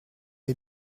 est